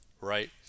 right